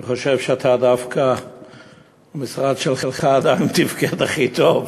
אני חושב שדווקא המשרד שלך תפקד הכי טוב.